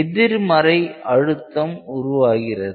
எதிர்மறை அழுத்தம் உருவாகிறது